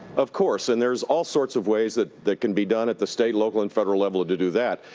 of course. and there's all sorts of ways that that can be done at the state, local and federal level to do that.